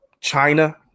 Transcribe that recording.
china